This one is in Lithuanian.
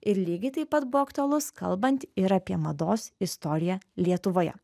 ir lygiai taip pat buvo aktualus kalbant ir apie mados istoriją lietuvoje